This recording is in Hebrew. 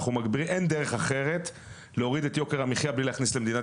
אין דרך אחרת להוריד את יוקר המחיה בלי להכניס למדינת